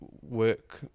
work